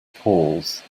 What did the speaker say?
pause